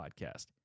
podcast